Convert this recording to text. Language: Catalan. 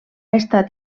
estat